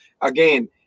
again